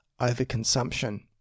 overconsumption